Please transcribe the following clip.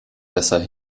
besser